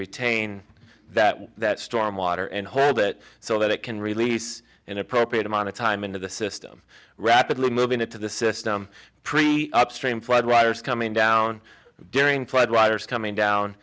retain that that storm water and hold it so that it can release an appropriate amount of time into the system rapidly moving into the system pretty upstream floodwaters coming down during flood waters coming down